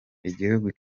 igihugu